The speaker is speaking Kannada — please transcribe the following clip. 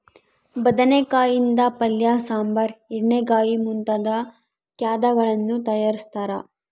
ಬದನೆಕಾಯಿ ಯಿಂದ ಪಲ್ಯ ಸಾಂಬಾರ್ ಎಣ್ಣೆಗಾಯಿ ಮುಂತಾದ ಖಾದ್ಯಗಳನ್ನು ತಯಾರಿಸ್ತಾರ